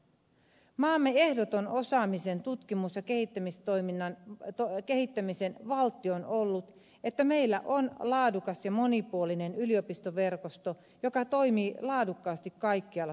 maamme ehdoton osaamisen tutkimuksen ja kehittämisen valtti on ollut että meillä on laadukas ja monipuolinen yliopistoverkosto joka toimii laadukkaasti kaikkialla suomessa